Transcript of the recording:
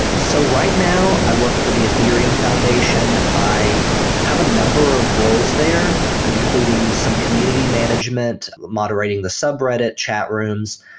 so right now i work for the ethereum foundation. i have a number of roles there including some community management, moderating the subreddit chat rooms,